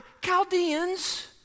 Chaldeans